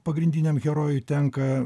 pagrindiniam herojui tenka